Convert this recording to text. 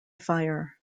fire